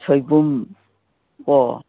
ꯁꯣꯏꯕꯨꯝ ꯀꯣ